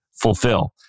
fulfill